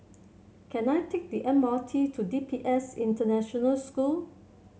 can I take the M R T to D P S International School